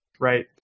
Right